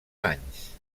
anys